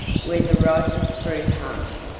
where the ripest fruit hung,